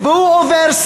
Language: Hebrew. והוא עובר.